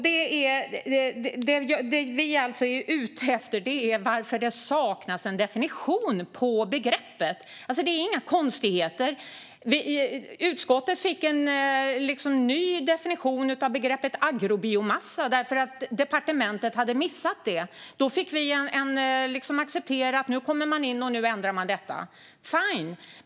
Det vi är ute efter är varför det saknas en definition av begreppet. Det är inga konstigheter. Utskottet fick en ny definition av begreppet agrobiomassa därför att departementet hade missat det. Då fick vi acceptera att man kom in och ändrade detta - fine!